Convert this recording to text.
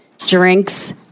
Drinks